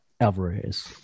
alvarez